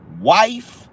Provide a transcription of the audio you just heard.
wife